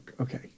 Okay